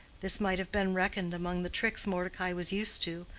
this might have been reckoned among the tricks mordecai was used to,